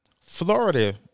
Florida